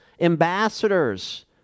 ambassadors